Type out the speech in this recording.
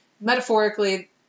metaphorically